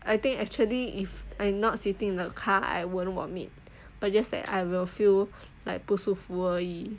I think actually if I not sitting in the car I wouldn't vomit but just that I will feel like 不舒服而已